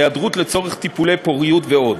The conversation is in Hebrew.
היעדרות לצורך טיפולי פוריות ועוד.